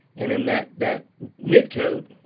and then that that midcoat,